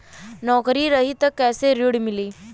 नौकरी रही त कैसे ऋण मिली?